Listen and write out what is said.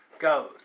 goes